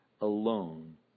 alone